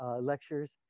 lectures